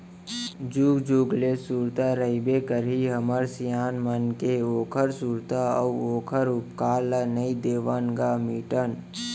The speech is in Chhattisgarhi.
जुग जुग ले सुरता रहिबे करही हमर सियान मन के ओखर सुरता अउ ओखर उपकार ल नइ देवन ग मिटन